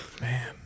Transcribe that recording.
Man